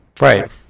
Right